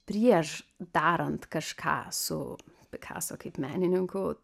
prieš darant kažką su pikaso kaip menininku